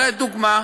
לדוגמה,